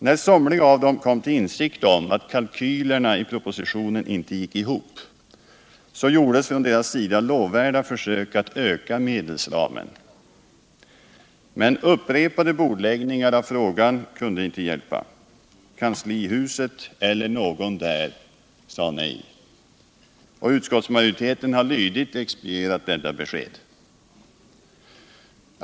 När somliga av dem kom till insikt om att kalkylerna i propositionen inte gick ihop, gjordes från deras sida lovvärda försök att öka medelsramen. Men upprepade bordläggningar av frågan kunde inte hjälpa. Kanslihuset eller någon där sade nej. Och utskottsmajoriteten har lydigt expedierat detta besked.